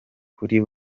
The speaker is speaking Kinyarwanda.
kuri